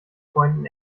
freunden